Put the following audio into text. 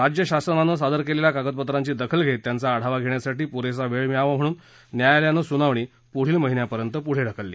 राज्य शासनानं सादर केलेल्या कागदपत्रांची दखल घेत त्यांचा आढावा घेण्यासाठी पुरेसा वेळ मिळावा म्हणून न्यायालयानं सुनावणी पुढील महिन्यापर्यंत पुढे ढकलली